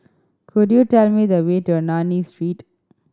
could you tell me the way to Ernani Street